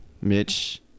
Mitch